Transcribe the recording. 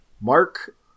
Mark